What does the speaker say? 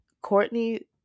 courtney